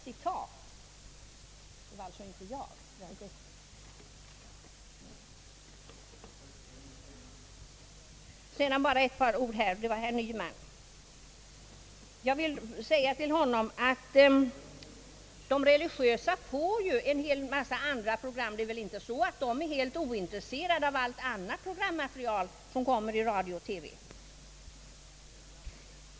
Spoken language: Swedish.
Sedan bara ett par ord till herr Nyman! Jag vill svara honom att de religiösa människorna ju även får en mängd andra program. Det förhåller sig väl inte så att de skulle vara helt ointresserade av allt annat programmaterial som kommer i radio och TV?